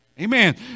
Amen